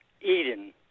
Eden